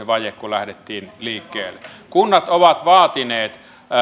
vaje kun lähdettiin liikkeelle kunnat ovat vaatineet